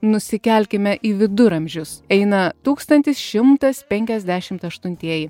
nusikelkime į viduramžius eina tūkstantis šimtas penkiasdešimt aštuntieji